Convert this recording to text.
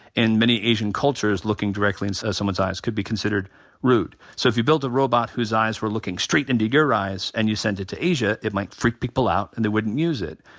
in many asian cultures, looking directly in so someone's eyes could be considered rude. so if you built a robot whose eyes were looking straight into your eyes and you sent it to asia, it might freak people out and they wouldn't use it.